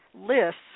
lists